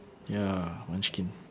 ya munchkin